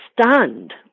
stunned